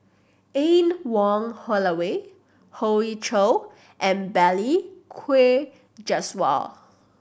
Anne Wong Holloway Hoey Choo and Balli Kaur Jaswal